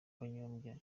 kanyombya